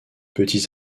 petits